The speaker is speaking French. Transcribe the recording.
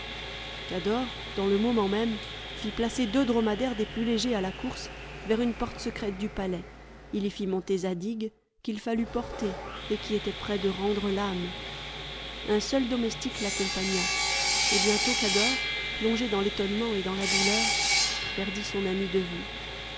cador dans le moment même fit placer deux dromadaires des plus légers à la course vers une porte secrète du palais il y fit monter zadig qu'il fallut porter et qui était près de rendre l'âme un seul domestique l'accompagna et bientôt cador plongé dans l'étonnement et dans la douleur perdit son ami de vue